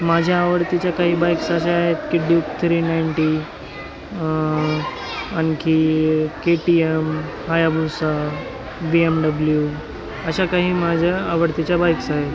माझ्या आवडतीच्या काही बाईक्स अशा आहेत की ड्यूक थ्री नाईंटी आणखी K T M Hayabusa B M W अशा काही माझ्या आवडतीच्या बाईक्स आहेत